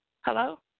Hello